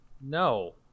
no